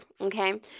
okay